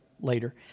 later